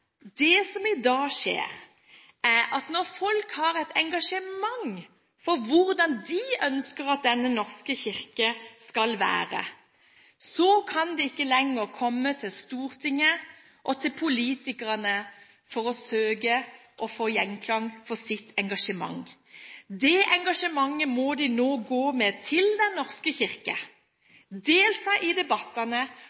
Det som da vil skje, er at når folk har et engasjement for hvordan de ønsker at Den norske kirke skal være, kan de ikke lenger komme til Stortinget og til politikerne for å søke å få gjenklang for sitt engasjement. Dette engasjementet må de nå gå til Den norske kirke